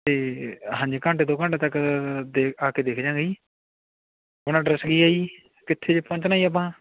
ਅਤੇ ਹਾਂਜੀ ਘੰਟੇ ਦੋ ਘੰਟੇ ਤੱਕ ਦੇਖ ਆ ਕੇ ਦੇਖ ਜਾਂਗੇ ਜੀ ਆਪਣਾ ਐਡਰੈਸ ਕੀ ਹੈ ਜੀ ਕਿੱਥੇ ਕੁ ਪਹੁੰਚਣਾ ਜੀ ਆਪਾਂ